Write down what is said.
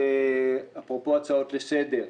אפרופו הצעות לסדר,